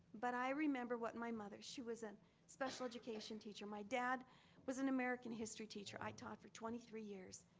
but i remember what my mother, she was a special education teacher. my dad was an american history teacher, i thought for twenty three years.